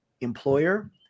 employer